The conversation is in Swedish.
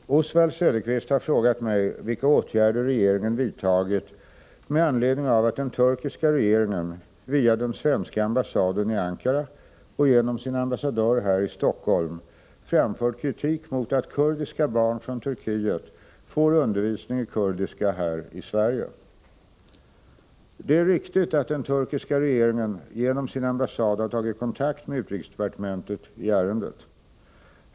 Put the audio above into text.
Herr talman! Oswald Söderqvist har frågat mig vilka åtgärder regeringen vidtagit med anledning av att den turkiska regeringen via svenska ambassaden i Ankara och genom sin ambassadör här i Stockholm framfört kritik mot att kurdiska barn från Turkiet får undervisning i kurdiska här i Sverige. Det är riktigt att den turkiska regeringen genom sin ambassad har tagit kontakt med utrikesdepartementet i ärendet.